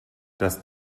das